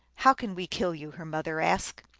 how can we kill you? her mother asked.